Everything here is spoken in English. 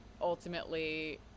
ultimately